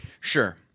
Sure